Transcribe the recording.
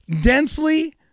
densely